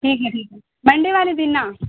ٹھیک ہے ٹھیک ہے منڈے والے دن نا